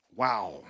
Wow